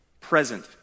Present